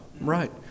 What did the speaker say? right